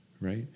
Right